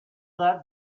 that